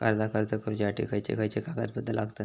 कर्जाक अर्ज करुच्यासाठी खयचे खयचे कागदपत्र लागतत